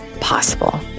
possible